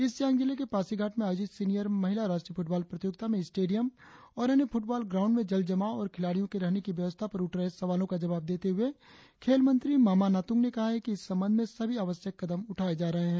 east Siang जिले के पासीघाट में आयोजित सीनियर महिला राष्ट्रीय फुटबॉल प्रतियोगिता में स्टेडियम और अन्य फुटबॉल ग्राउंड में जल जमाव और खिलाड़ियो के रहने की व्यवस्था पर उठ रहे सवालों का जवाब देते हुए खेल मंत्री मामा नातुंग ने कहा कि इस संबंध में सभी आवश्यक कदम उठाए जा रहे है